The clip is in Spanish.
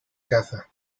caza